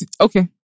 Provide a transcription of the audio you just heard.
okay